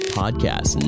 podcast